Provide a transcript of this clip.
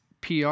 PR